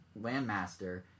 landmaster